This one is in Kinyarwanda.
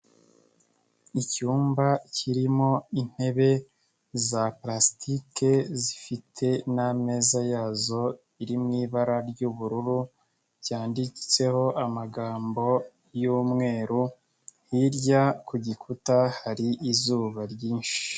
Icyumba kirimo intebe za pulasitike zifite n'ameza yazo iri mu ibara ry'ubururu, ryanditseho amagambo y'umweru, hirya ku gikuta hari izuba ryinshi.